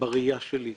בראייה שלי.